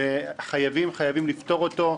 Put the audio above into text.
וחייבים חייבים לפתור אותו,